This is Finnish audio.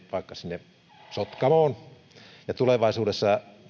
vaikka sotkamoon tulevaisuudessa